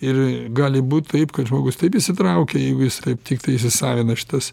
ir gali būt taip kad žmogus taip įsitraukia jeigu jis taip tiktai įsisavina šitas